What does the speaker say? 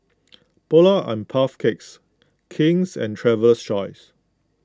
Polar and Puff Cakes King's and Traveler's Choice